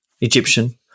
Egyptian